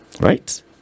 right